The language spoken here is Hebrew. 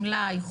מלאי,